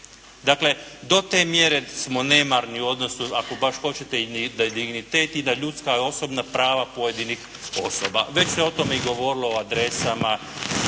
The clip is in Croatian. Dakle, do te mjere smo nemarni u odnosu, ako baš hoćete, da i dignitet i da ljudska osobna prava pojedinih osoba, već se o tome i govorilo o adresama